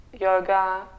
yoga